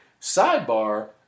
Sidebar